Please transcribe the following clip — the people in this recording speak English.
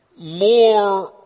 more